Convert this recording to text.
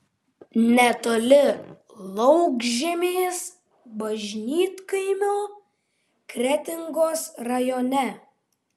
netoli laukžemės bažnytkaimio kretingos rajone